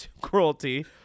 cruelty